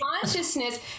Consciousness